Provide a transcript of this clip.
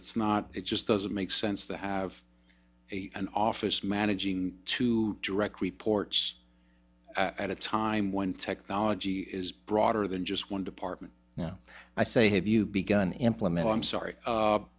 it's not it just doesn't make sense to have a an office managing to direct reports at a time when technology is broader than just one department now i say have you begun implementing i'm sorry